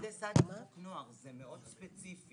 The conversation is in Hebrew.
מדובר בפקידי סעד לחוק נוער, זה מאוד ספציפי.